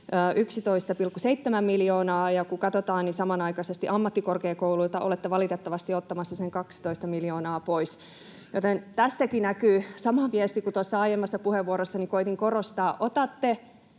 niin samanaikaisesti ammattikorkeakouluilta olette valitettavasti ottamassa sen 12 miljoonaa pois, joten tästäkin näkyy sama viesti kuin oli tuossa aiemmassa puheenvuorossani, jossa koetin tätä